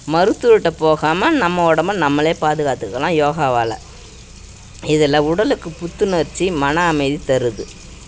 மருத்துவர்கிட்டே போகாமல் நம்ம உடம்ப நம்மளே பாதுக்காத்துக்கலாம் யோகாவால் இதில் உடலுக்கு புத்துணர்ச்சி மன அமைதி தருது